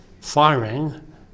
firing